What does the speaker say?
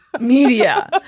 media